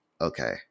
okay